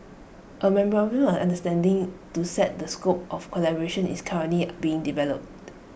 A memorandum of understanding to set the scope of collaboration is currently being developed